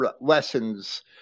lessons